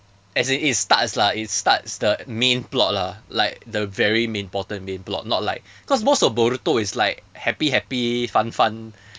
as in it starts lah it starts the main plot lah like the very important main plot not like cause most of boruto is like happy happy fun fun